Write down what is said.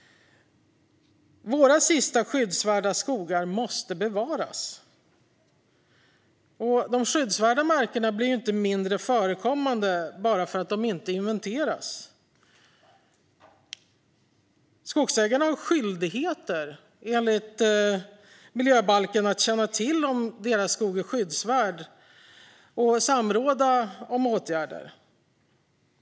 Våra sista skyddsvärda skogar måste bevaras. De skyddsvärda markerna blir inte mindre förekommande bara för att de inte inventeras. Skogsägarna har enligt miljöbalken skyldigheter att känna till om deras skog är skyddsvärd, och de måste samråda inför åtgärder.